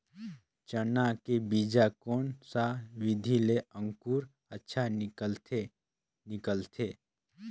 चाना के बीजा कोन सा विधि ले अंकुर अच्छा निकलथे निकलथे